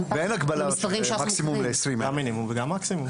גם מקסימום וגם מינימום?